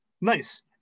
Nice